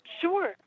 Sure